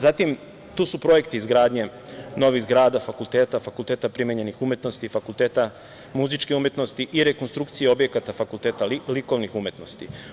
Zatim, tu su projekti izgradnje novih zgrada, fakulteta, fakulteta primenjenih umetnosti i fakulteta muzičke umetnosti i rekonstrukcije objekata fakulteta likovnih umetnosti.